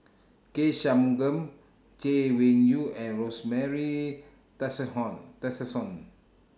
K Shanmugam Chay Weng Yew and Rosemary Tessensohn